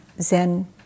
Zen